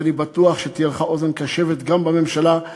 ואני בטוח שתהיה לך אוזן קשבת גם בממשלה.